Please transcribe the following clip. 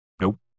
Nope